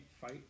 fight